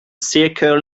circle